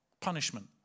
punishment